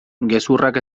gezurrak